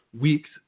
weeks